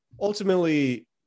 ultimately